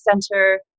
center